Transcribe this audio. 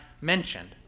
mentioned